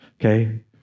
Okay